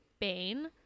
Bane